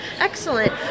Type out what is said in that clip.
Excellent